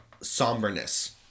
somberness